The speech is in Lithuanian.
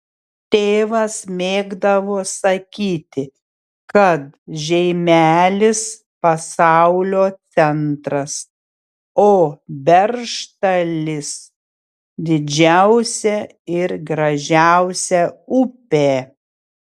tėvas mėgdavo sakyti kad žeimelis pasaulio centras o beržtalis didžiausia ir gražiausia upė